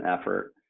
effort